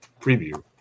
preview